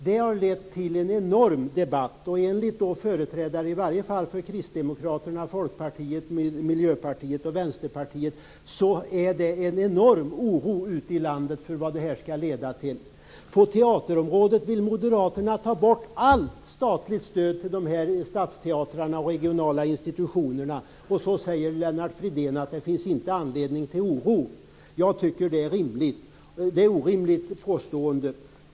Det har lett till en enorm debatt och enligt företrädare från i alla fall Kristdemokraterna, Folkpartiet, Miljöpartiet och Vänsterpartiet är det en enorm oro ute i landet för vad det skall leda till. På teaterområdet vill Moderaterna ta bort allt statligt stöd till de här stadsteatrarna och regionala institutionerna, och så säger Lenart Fridén att det inte finns anledning till oro. Jag tycker att det är ett orimligt påstående.